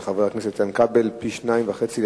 של חבר הכנסת איתן כבל: ילדים